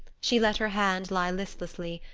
she let her hand lie listlessly,